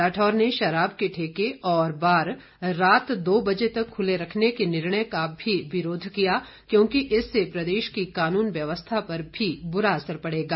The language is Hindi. राठौर ने शराब के ठेके और बार रात दो बजे तक खुले रखने के निर्णय का भी विरोध किया क्योंकि इससे प्रदेश की कानून व्यवस्था पर भी बुरा असर पड़ेगा